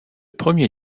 premier